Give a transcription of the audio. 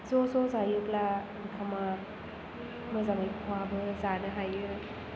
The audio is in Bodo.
ज' ज' जायोब्ला ओंखामा मोजाङै खहाबो जानो हायो